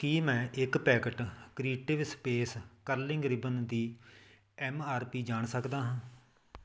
ਕੀ ਮੈਂ ਇੱਕ packet creative space curling ribbon ਦੀ ਐੱਮ ਆਰ ਪੀ ਜਾਣ ਸਕਦਾ ਹਾਂ